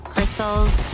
Crystals